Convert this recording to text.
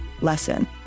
lesson